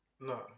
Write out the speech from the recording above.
No